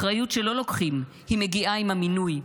אחריות שלא לוקחים, היא מגיעה עם המינוי.